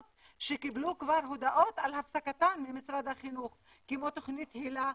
שקיבלו כבר הודעות הפסקתן ממשרד החינוך כמו תוכנית הילה,